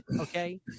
Okay